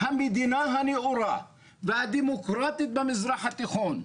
המדינה הנאורה והדמוקרטית במזרח התיכון,